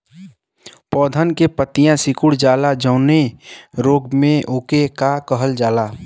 पौधन के पतयी सीकुड़ जाला जवने रोग में वोके का कहल जाला?